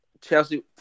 Chelsea